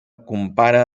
compara